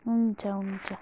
हुन्छ हुन्छ